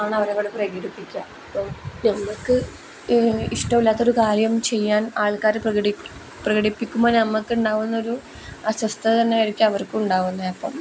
ആണ് അവരവിടെ പ്രകടിപ്പിക്കുക അപ്പം നമുക്ക് ഇഷ്ടമല്ലാത്തൊരു കാര്യം ചെയ്യാൻ ആൾക്കാർ പ്രകടിപ്പിക്കുമ്പോൾ നമുക്ക് ഉണ്ടാവുന്നൊരു അസ്വസ്തത തന്നെയായിരിക്കും അവർക്കു ഉണ്ടാവുന്നത് അപ്പം